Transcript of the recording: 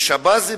בשבזי,